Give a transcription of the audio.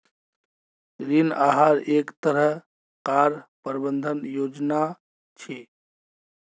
ऋण आहार एक तरह कार प्रबंधन योजना छे